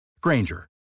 Granger